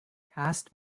cast